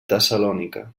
tessalònica